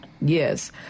Yes